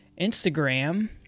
Instagram